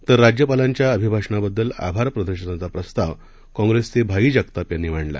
तर राज्यपालांच्या अभिभाषणाबद्दल आभार प्रदर्शनाचा प्रस्ताव काँप्रेसचे भाई जगताप यांनी मांडला